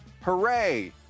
hooray